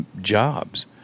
jobs